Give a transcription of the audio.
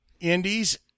Indies